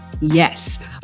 yes